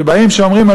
שבאים ואומרים,